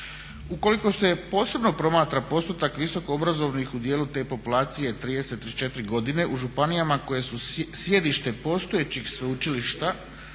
Ukoliko se posebno promatra postotak visokoobrazovanih u dijelu te populacije 30-34 godine u županijama koje su sjedište postojećih sveučilišta